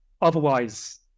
otherwise